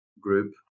group